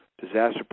disaster